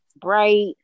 bright